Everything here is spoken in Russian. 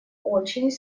очень